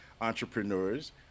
entrepreneurs